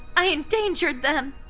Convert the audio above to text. i endangered them.